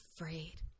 afraid